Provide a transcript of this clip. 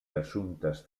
assumptes